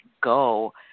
go